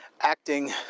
acting